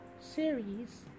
series